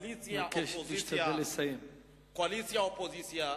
קואליציה אופוזיציה,